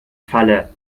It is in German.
falle